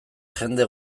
jende